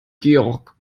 georg